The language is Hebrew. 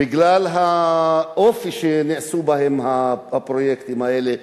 בגלל האופי שבו נעשו הפרויקטים האלה.